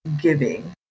giving